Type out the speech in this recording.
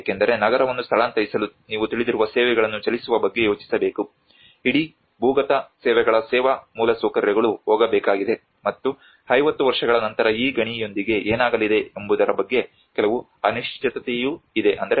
ಏಕೆಂದರೆ ನಗರವನ್ನು ಸ್ಥಳಾಂತರಿಸಲು ನೀವು ತಿಳಿದಿರುವ ಸೇವೆಗಳನ್ನು ಚಲಿಸುವ ಬಗ್ಗೆ ಯೋಚಿಸಬೇಕು ಇಡೀ ಭೂಗತ ಸೇವೆಗಳ ಸೇವಾ ಮೂಲಸೌಕರ್ಯಗಳು ಹೋಗಬೇಕಾಗಿದೆ ಮತ್ತು 50 ವರ್ಷಗಳ ನಂತರ ಈ ಗಣಿಯೊಂದಿಗೆ ಏನಾಗಲಿದೆ ಎಂಬುದರ ಬಗ್ಗೆ ಕೆಲವು ಅನಿಶ್ಚಿತತೆಯೂ ಇದೆ